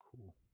Cool